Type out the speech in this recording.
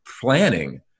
planning